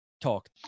talk